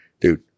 dude